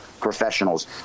Professionals